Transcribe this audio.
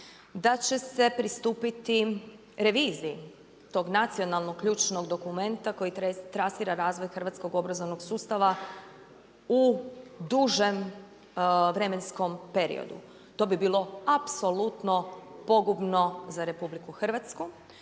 da će se pristupiti reviziji tok nacionalnog ključnog dokumenta koji trasira razvoj hrvatskog obrazovnog sustava u dužem vremenskom periodu. To bi bilo apsolutno pogubno za Republiku Hrvatsku